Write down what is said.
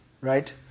right